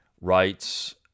writes